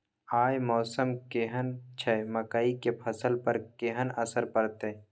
आय मौसम केहन छै मकई के फसल पर केहन असर परतै?